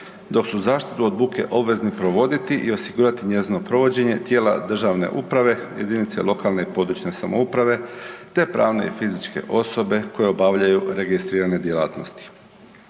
dok su zaštitu od buke obvezni provoditi i osigurati njezino provođenje tijela državne uprave, jedinice lokalne i područne samouprave te pravne i fizičke osobe koje obavljaju registrirane djelatnosti.